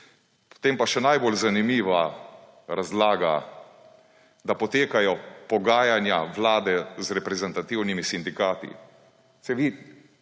Potem pa še najbolj zanimiva razlaga, da potekajo pogajanja Vlade z reprezentativnimi sindikati. Saj vi